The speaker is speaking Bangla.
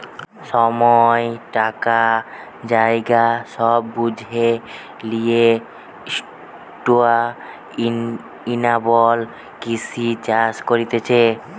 সময়, টাকা, জায়গা সব বুঝে লিয়ে সুস্টাইনাবল কৃষি চাষ করতিছে